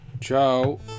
Ciao